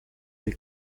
les